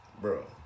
Bro